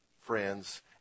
friends